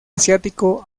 asiático